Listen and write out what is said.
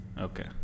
Okay